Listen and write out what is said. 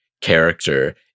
character